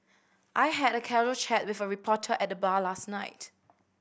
I had a casual chat with a reporter at the bar last night